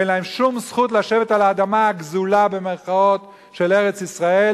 אין להם שום זכות לשבת על האדמה "הגזולה" של ארץ-ישראל,